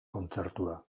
kontzertua